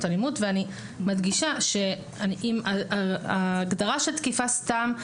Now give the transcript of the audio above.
אלימות ואני מדגישה שההגדרה של תקיפה סתם,